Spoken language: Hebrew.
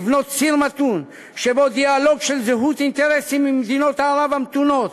לבנות ציר מתון שבו דיאלוג של זהות אינטרסים עם מדינות ערב המתונות